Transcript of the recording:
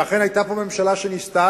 שאכן היתה פה ממשלה שניסתה,